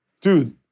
dude